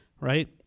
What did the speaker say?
right